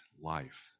life